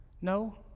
No